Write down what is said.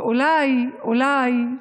ואולי, אולי,